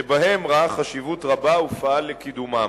שבהם ראה חשיבות רבה ופעל לקידומם.